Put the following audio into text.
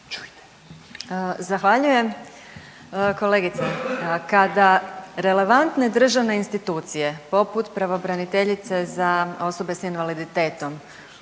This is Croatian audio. Zahvaljujem. Kolegice, kada relevantne državne institucije poput pravobraniteljice za osobe s invaliditetom